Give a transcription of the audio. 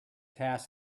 task